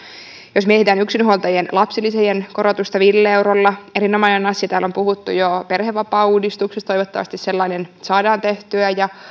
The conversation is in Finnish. jos mietitään yksinhuoltajien lapsilisien korotusta viidellä eurolla erinomainen asia täällä on puhuttu jo perhevapaauudistuksesta ja toivottavasti sellainen saadaan tehtyä ja